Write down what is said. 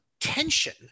tension